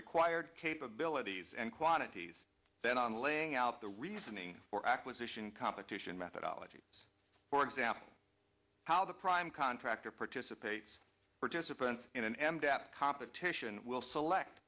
required capabilities and quantities then on laying out the reasoning for acquisition competition methodology for example how the prime contractor participates participants in an m dep competition will select